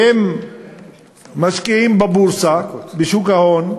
הם משקיעים בבורסה, בשוק ההון,